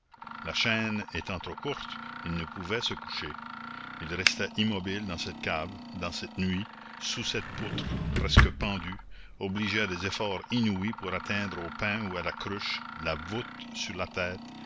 la chaîne étant trop courte ils ne pouvaient se coucher ils restaient immobiles dans cette cave dans cette nuit sous cette poutre presque pendus obligés à des efforts inouïs pour atteindre au pain ou à la cruche la voûte sur la tête